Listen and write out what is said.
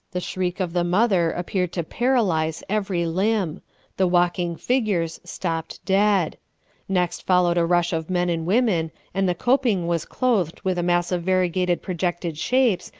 the shriek of the mother appeared to paralyze every limb the walking figures stopped dead next followed a rush of men and women, and the coping was clothed with a mass of variegated projected shapes,